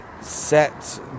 set